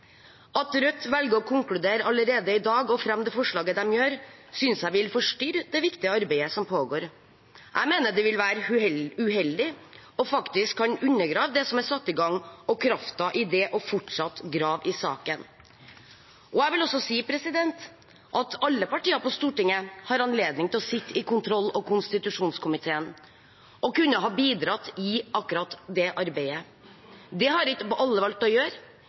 At Rødt velger å konkludere allerede i dag og fremmer det forslaget de gjør, synes jeg vil forstyrre det viktige arbeidet som pågår. Jeg mener det vil være uheldig og faktisk kan undergrave det som er satt i gang, og kraften i fortsatt å grave i saken. Jeg vil også si at alle partier på Stortinget har anledning til å sitte i kontroll- og konstitusjonskomiteen og kunne ha bidratt i akkurat det arbeidet. Det har ikke alle valgt å gjøre,